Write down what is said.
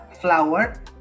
flour